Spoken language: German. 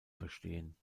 verstehen